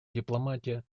дипломатия